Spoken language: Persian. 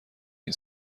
این